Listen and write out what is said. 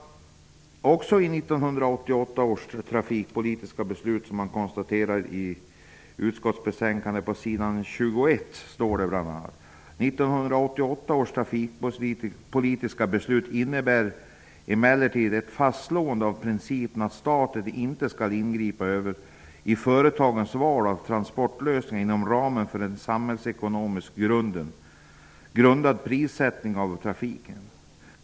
Om 1988 års trafikpolitiska beslut skriver man i utskottsbetänkande på s. 21 bl.a.: ''1988 års trafikpolitiska beslut innebar emellertid ett fastslående av principen att staten inte skall ingripa i företagens val av transportlösningar inom ramen för en samhällsekonomiskt grundad prissättning av trafiken.